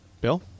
Bill